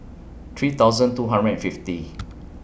three thousand two hundred and fifty